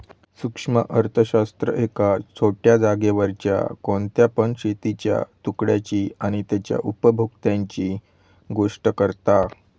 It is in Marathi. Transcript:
सूक्ष्म अर्थशास्त्र एका छोट्या जागेवरच्या कोणत्या पण शेतीच्या तुकड्याची आणि तेच्या उपभोक्त्यांची गोष्ट करता